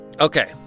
Okay